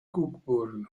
cockburn